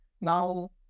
Now